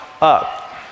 up